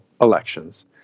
elections